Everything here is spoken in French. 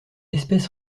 espèce